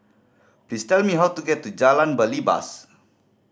please tell me how to get to Jalan Belibas